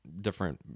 different